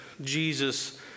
Jesus